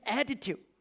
attitude